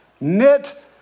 knit